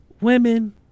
women